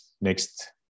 next